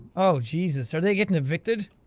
oh jesus, are they getting evicted?